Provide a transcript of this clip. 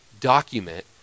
document